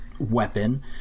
weapon